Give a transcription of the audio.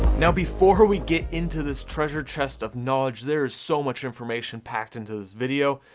now, before we get into this treasure chest of knowledge, there is so much information packed into this video,